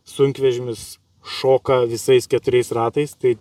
sunkvežimis šoka visais keturiais ratais tai